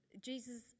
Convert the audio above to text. Jesus